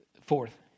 Fourth